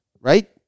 Right